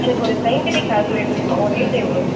எனக்கு ஒரு scientific calculator வேணும் ரேட்டு எவ்வளோ